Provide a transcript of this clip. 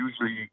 usually